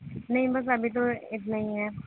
نہیں بس ابھی تو اتنا ہی ہے